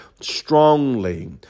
strongly